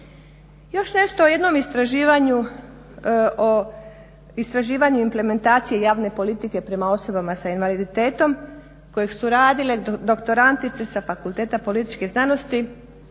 Još nešto o jednom istraživanju implementacije javne politike prema osobama s invaliditetom koje su radile doktorantice sa Fakulteta političkih znanosti,